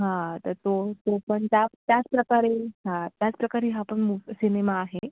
हां तर तो तो पण त्या त्याचप्रकारे हां त्याचप्रकारे हा पण मू सिनेमा आहे